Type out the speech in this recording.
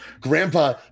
grandpa